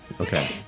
Okay